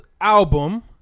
album